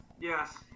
yes